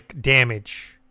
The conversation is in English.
damage